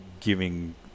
giving